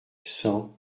cent